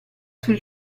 sul